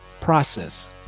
process